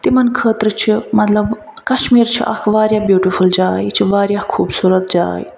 تِمن خٲطرٕ چھُ مطلب کشمیٖر چھُ اَکھ واریاہ بیٛوٹِفٕل جاے یہِ چھِ واریاہ خوبصورت جاے